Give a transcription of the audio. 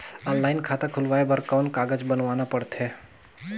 Online खाता खुलवाय बर कौन कागज बनवाना पड़थे?